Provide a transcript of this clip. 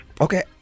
okay